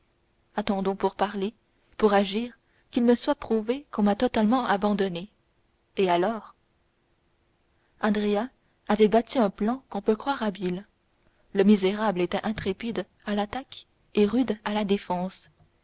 attendons pour parler pour agir qu'il me soit prouvé qu'on m'a totalement abandonné et alors andrea avait bâti un plan qu'on peut croire habile le misérable était intrépide à l'attaque et rude à la défense